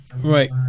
right